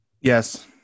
Yes